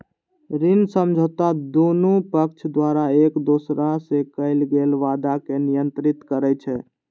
ऋण समझौता दुनू पक्ष द्वारा एक दोसरा सं कैल गेल वादा कें नियंत्रित करै छै